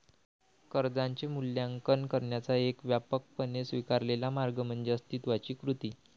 कर्जाचे मूल्यांकन करण्याचा एक व्यापकपणे स्वीकारलेला मार्ग म्हणजे अस्तित्वाची कृती